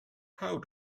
how